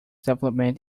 development